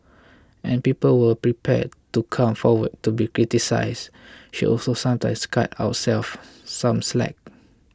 and people who are prepared to come forward to be criticised should also sometimes cut ourselves some slack